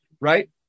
Right